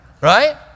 Right